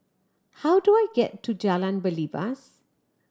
how do I get to Jalan Belibas